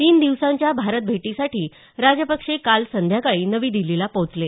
तीन दिवसांच्या भारत भेटीसाठी राजपक्षे काल संध्याकाळी नवी दिल्लीला पोचले